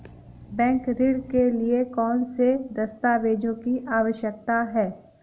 Bank ऋण के लिए कौन से दस्तावेजों की आवश्यकता है?